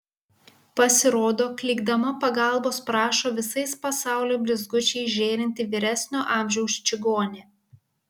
pasirodo klykdama pagalbos prašo visais pasaulio blizgučiais žėrinti vyresnio amžiaus čigonė